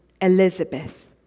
Elizabeth